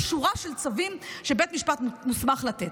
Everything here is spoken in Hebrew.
יש שורה של צווים שבית משפט מוסמך לתת.